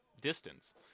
distance